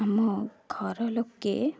ଆମ ଘରଲୋକେ